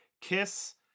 KISS